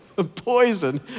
poison